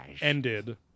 ended